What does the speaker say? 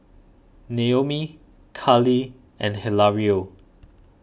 Naomi Carlee and Hilario